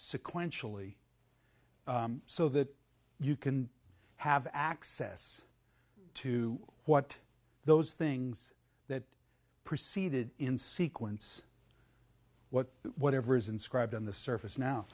sequentially so that you can have access to what those things that proceeded in sequence what whatever is inscribed in the surface now